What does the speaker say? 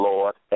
Lord